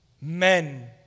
men